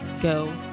go